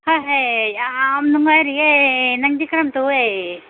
ꯍꯥꯏ ꯍꯥꯏ ꯌꯥꯝ ꯅꯨꯡꯉꯥꯏꯔꯤꯌꯦ ꯅꯪꯗꯤ ꯀꯔꯝ ꯇꯧꯋꯦ